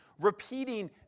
repeating